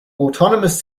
autonomous